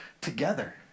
together